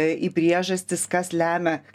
į priežastis kas lemia